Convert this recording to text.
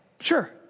Sure